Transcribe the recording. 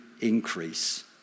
increase